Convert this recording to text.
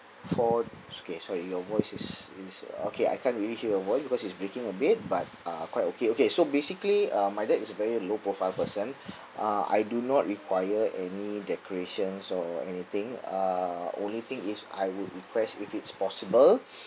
for it's okay sorry your voice is is okay I can't really hear your voice because it's breaking a bit but uh quite okay okay so basically uh my dad is a very low profile person uh I do not require any decorations or anything uh only thing is I would request if it's possible